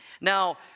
Now